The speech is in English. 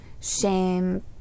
shame